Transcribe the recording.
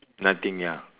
nothing ya